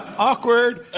awkward.